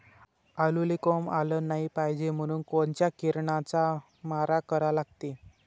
आलूले कोंब आलं नाई पायजे म्हनून कोनच्या किरनाचा मारा करा लागते?